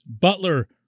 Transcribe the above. Butler